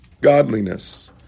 godliness